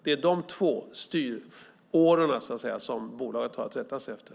Det är de två styråror som bolaget har att rätta sig efter.